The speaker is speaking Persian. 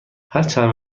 هرچند